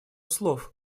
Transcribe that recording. слов